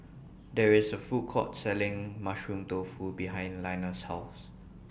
There IS A Food Court Selling Mushroom Tofu behind Linus' House